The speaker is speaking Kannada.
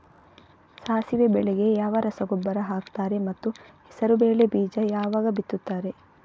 ಸಾಸಿವೆ ಬೆಳೆಗೆ ಯಾವ ರಸಗೊಬ್ಬರ ಹಾಕ್ತಾರೆ ಮತ್ತು ಹೆಸರುಬೇಳೆ ಬೀಜ ಯಾವಾಗ ಬಿತ್ತುತ್ತಾರೆ?